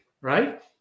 right